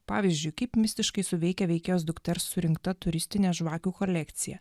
pavyzdžiui kaip mistiškai suveikia veikėjos dukters surinkta turistinė žvakių kolekcija